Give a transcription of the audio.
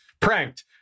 pranked